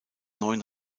neun